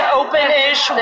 open-ish